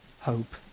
hope